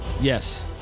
Yes